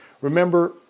remember